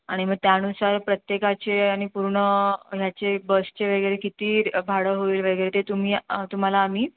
आणि मग त्यानुसार प्रत्येकाचे आणि पूर्ण ह्याचे बसचे वगैरे किती भाडं होईल वगैरे ते तुम्ही तुम्हाला आमी